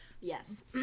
Yes